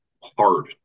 hard